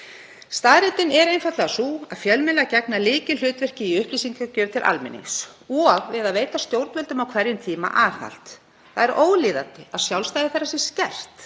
Staðreyndin er einfaldlega sú að fjölmiðlar gegna lykilhlutverki í upplýsingagjöf til almennings og við að veita stjórnvöldum á hverjum tíma aðhald. Það er ólíðandi að sjálfstæði þeirra sé skert